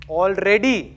already